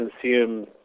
consume